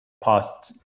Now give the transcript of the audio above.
past